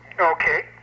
Okay